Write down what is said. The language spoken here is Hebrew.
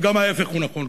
וגם ההיפך הוא נכון,